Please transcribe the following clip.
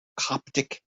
coptic